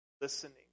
listening